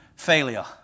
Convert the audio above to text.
Failure